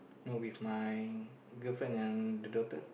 no with my girlfriend and the daughter